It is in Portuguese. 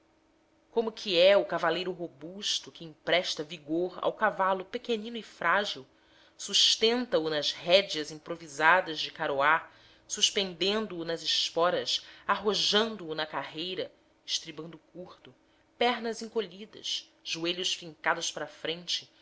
como que é o cavaleiro robusto que empresta vigor ao cavalo pequenino e frágil sustendo o nas rédeas improvisadas de caroá suspendendo o nas esporas arrojando o na carreira estribando curto pernas encolhidas joelhos fincados para a frente